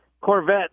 Corvette